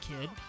kid